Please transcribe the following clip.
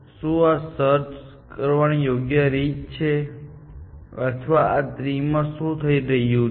શું આ સર્ચ કરવાની યોગ્ય રીત છે અથવા આ ટ્રી માં શું થઈ રહ્યું છે